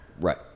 Right